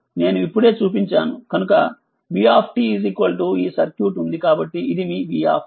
నేనుఇప్పుడే చూపించానుకనుక vtఈ సర్క్యూట్ ఉందికాబట్టి ఇది మీ vt